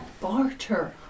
barter